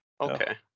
Okay